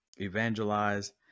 evangelize